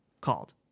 called